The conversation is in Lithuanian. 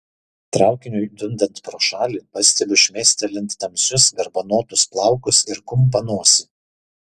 traukiniui dundant pro šalį pastebiu šmėstelint tamsius garbanotus plaukus ir kumpą nosį